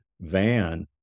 van